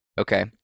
Okay